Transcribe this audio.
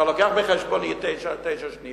אתה מביא בחשבון, יש עוד תשע שניות.